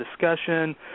Discussion